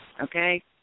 okay